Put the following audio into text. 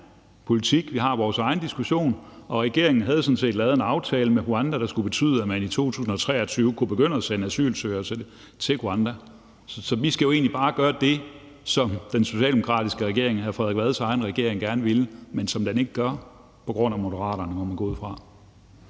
politik, vi har vores egen diskussion, og regeringen havde sådan set lavet en aftale med Rwanda, der skulle betyde, at man i 2023 kunne begynde at sende asylsøgere til Rwanda. Så vi skal jo egentlig bare gør det, som den socialdemokratiske regering, hr. Frederik Vads egen regering, gerne ville, men som den ikke gør – på grund af Moderaterne, må man gå ud fra.